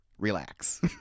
Relax